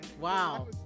Wow